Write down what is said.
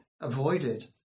avoided